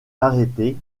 arrêté